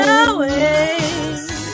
away